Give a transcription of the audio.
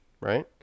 right